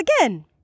again